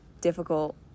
difficult